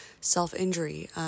self-injury